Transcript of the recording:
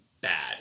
bad